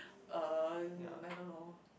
uh I don't know